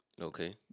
Okay